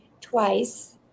twice